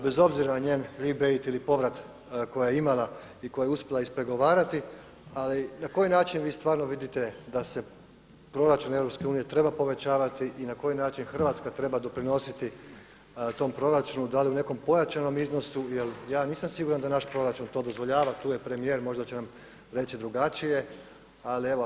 Bez obzira na njen … ili povrat koji je imala i koje je uspjela ispregovarati, ali na koji način vi stvarno vidite da se proračun EU treba povećavati i na koji način Hrvatska treba doprinositi tom proračunu, da li u nekom pojačanom iznosu jer ja nisam siguran da naš proračun to dozvoljava, tu je premijer, možda će nam reći drugačije ali evo ako možete na to odgovoriti.